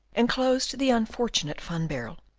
enclosed the unfortunate van baerle,